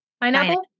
Pineapple